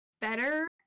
better